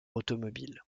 automobile